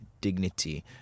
dignity